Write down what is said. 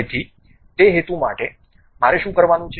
તેથી તે હેતુ માટે મારે શું કરવાનું છે